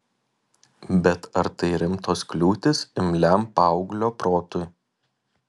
bet ar tai rimtos kliūtys imliam paauglio protui